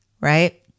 Right